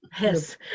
Yes